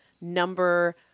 number